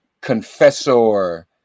confessor